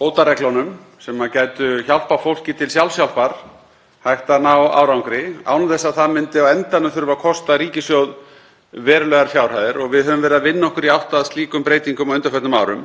bótareglunum sem gætu hjálpað fólki til sjálfshjálpar, sé hægt að ná árangri án þess að það myndi á endanum þurfa að kosta ríkissjóð verulegar fjárhæðir. Við höfum verið að vinna okkur í átt að slíkum breytingum á undanförnum árum.